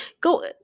go